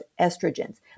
estrogens